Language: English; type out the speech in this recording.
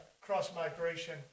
cross-migration